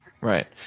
Right